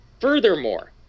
Furthermore